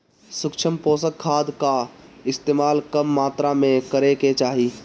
सूक्ष्म पोषक खाद कअ इस्तेमाल कम मात्रा में करे के चाही